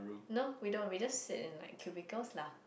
no we don't we just say in like cubicle lah